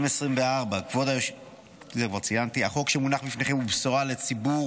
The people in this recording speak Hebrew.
2024. החוק שמונח בפניכם הוא בשורה לציבור,